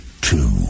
two